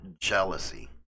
jealousy